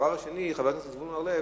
דבר שני, חבר הכנסת זבולון אורלב,